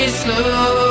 slow